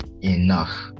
enough